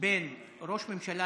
בין ראש הממשלה,